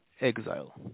exile